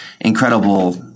incredible